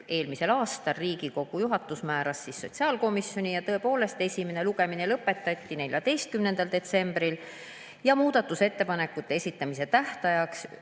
eelmisel aastal. Riigikogu juhatus määras selle sotsiaalkomisjonile ja esimene lugemine lõpetati 14. detsembril. Muudatusettepanekute esitamise tähtajaks